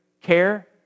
care